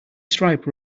stripe